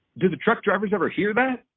do the truck drivers ever hear that?